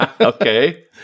Okay